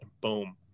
boom